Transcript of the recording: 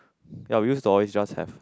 ya we used to always just have